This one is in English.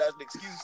excuse